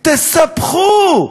תספחו.